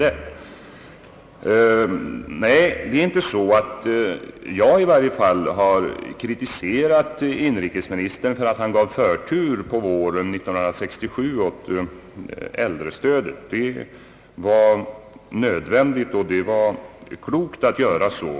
Det förhåller sig på det sättet, att i varje fall inte jag har kritiserat inrikesministern för att han på våren 1967 gav förtur åt behandlingen av frågan om kontantstöd åt äldre.